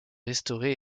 restaurés